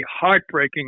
heartbreaking